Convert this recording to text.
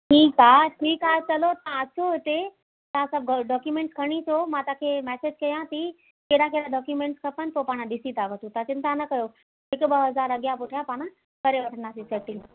ठीकु आहे ठीकु आहे चलो तव्हां अचो हिते तव्हां सभु ग डॉक्यूमेंट खणी अचो मां तव्हांखे मैसेज कयां थी कहिड़ा कहिड़ा डॉक्यूमेंट्स खपनि पोइ पाण ॾिसी था वठूं तव्हां चिंता न कयो हिकु ॿ हज़ार अॻियां पुठियां पाण करे वठंदासीं सैटिंग